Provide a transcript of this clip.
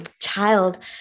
child